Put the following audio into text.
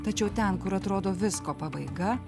tačiau ten kur atrodo visko pabaiga